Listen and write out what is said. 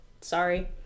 sorry